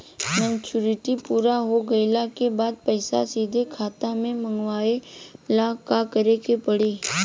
Maturity पूरा हो गइला के बाद पईसा सीधे खाता में मँगवाए ला का करे के पड़ी?